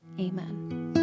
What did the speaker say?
Amen